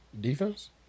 Defense